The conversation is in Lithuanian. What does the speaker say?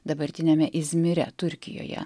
dabartiniame izmire turkijoje